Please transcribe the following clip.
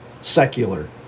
Secular